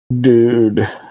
Dude